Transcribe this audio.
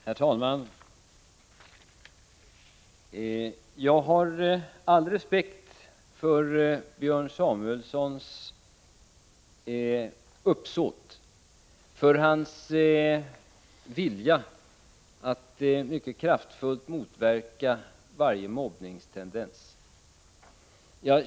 Herr talman! Jag har all respekt för Björn Samuelsons uppsåt och för hans vilja att mycket kraftfullt motverka varje mobbningstendens.